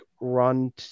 run